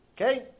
Okay